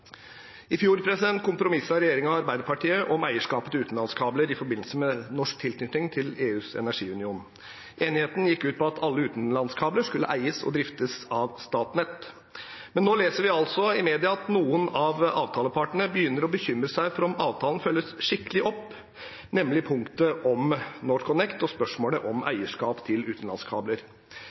I fjor kompromisset regjeringen og Arbeiderpartiet om eierskapet til utenlandskabler i forbindelse med norsk tilknytning til EUs energiunion. Enigheten gikk ut på at alle utenlandskabler skulle eies og driftes av Statnett. Men nå leser vi altså i media at noen av avtalepartene begynner å bekymre seg for om avtalen følges skikkelig opp, nemlig punktet om NorthConnect og spørsmålet om eierskap til utenlandskabler.